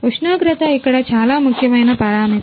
ఉష్ణోగ్రత ఇక్కడ చాలా ముఖ్యమైన పరామితి